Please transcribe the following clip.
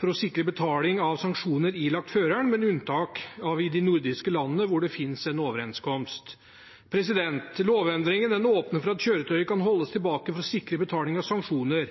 for å sikre betaling av sanksjoner ilagt føreren, med unntak av i de nordiske landene, hvor det finnes en overenskomst. Lovendringen åpner for at kjøretøyer kan holdes tilbake for å sikre betaling av sanksjoner,